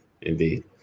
Indeed